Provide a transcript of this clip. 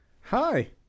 Hi